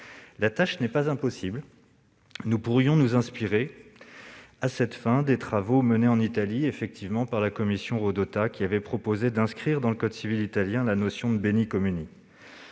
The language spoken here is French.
La tâche n'est pas impossible. Nous pourrions nous inspirer, à cette fin, des travaux menés en Italie par la commission Rodotà qui avait proposé d'inscrire dans le code civil italien la notion de. Par ailleurs,